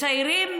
מציירים